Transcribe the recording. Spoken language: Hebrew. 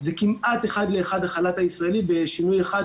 זה כמעט אחד לאחד החל"ת הישראלי בשינוי אחד,